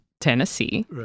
Tennessee